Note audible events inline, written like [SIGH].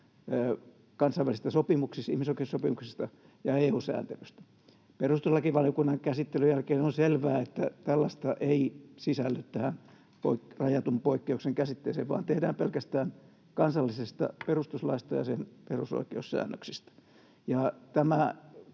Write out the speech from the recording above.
sopimuksista, ihmisoikeussopimuksista, ja EU-sääntelystä. Perustuslakivaliokunnan käsittelyn jälkeen on selvää, että tällaista ei sisälly tähän rajatun poikkeuksen käsitteeseen, vaan se tehdään pelkästään [NOISE] kansallisesta perustuslaista ja sen perusoikeussäännöksistä.